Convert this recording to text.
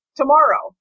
tomorrow